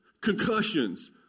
concussions